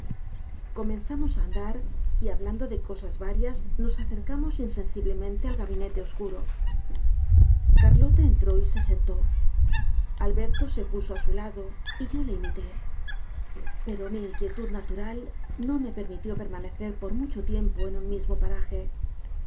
comenzamos á andar y hablando de cosas varias nos acercamos insensiblemente al gabinete oscuro carlota entró y se sentó alberto se puso á su lado y yo le imité pero mi inquietud natural no me permitió permanecer por mucho tiempo en un mismo paraje